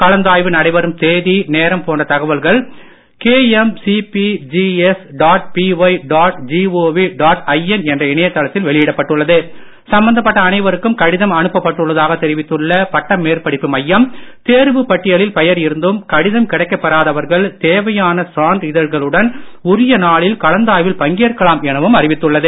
கலந்தாய்வு நடைபெறும் தேதி நேரம் போன்ற தகவல்கள் இணையதளத்தில் வெளியிடப்பட்டுள்ளது சம்மந்தப்பட்ட அனைவருக்கும் கடிதம் அனுப்ப்பட்டுள்ளதாக தெரிவித்துள்ள பட்டமேற்படிப்பு மையம் தேர்வு பட்டியலில் பெயர் இருந்தும் கடிதம் கிடைக்க பெறாதவர்கள் தேவையான சான்றிதழ்களுடன் உரிய நாளில் கலந்தாய்வில் பங்கேற்கலாம் எனவும் அறிவித்துள்ளது